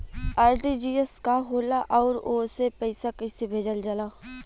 RTGS का होला आउरओ से पईसा कइसे भेजल जला?